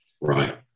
right